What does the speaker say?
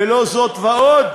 ולא זאת ועוד,